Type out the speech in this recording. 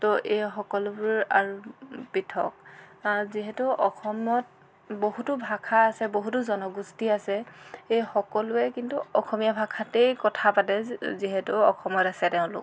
তো এই সকলোবোৰ পৃথক যিহেতু অসমত বহুতো ভাষা আছে বহুতো জনগোষ্ঠী আছে এই সকলোৱে কিন্তু অসমীয়া ভাষাতেই কথা পাতে যিহেতু অসমত আছে তেওঁলোক